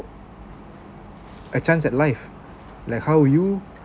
a chance at live like how you